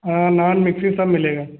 हाँ नान मिस्सी सब मिलेगा